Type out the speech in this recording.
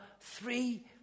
three